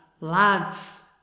Lads